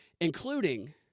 Including